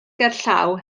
gerllaw